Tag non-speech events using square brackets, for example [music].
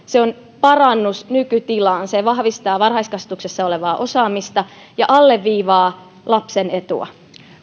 [unintelligible] se on parannus nykytilaan se vahvistaa varhaiskasvatuksessa olevaa osaamista ja alleviivaa lapsen etua